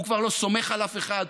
הוא כבר לא סומך על אף אחד,